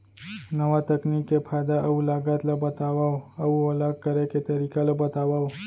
नवा तकनीक के फायदा अऊ लागत ला बतावव अऊ ओला करे के तरीका ला बतावव?